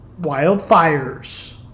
wildfires